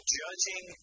judging